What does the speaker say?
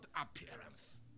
appearance